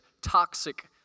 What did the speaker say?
toxic